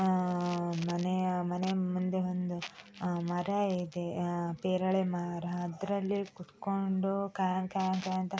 ಮನೆಯ ಮನೆಯ ಮುಂದೆ ಬಂದು ಮರ ಇದೆ ಪೇರಲೆ ಮರ ಅದರಲ್ಲಿ ಕುತ್ಕೊಂಡು ಕಾ ಕಾ ಕಾ ಅಂತ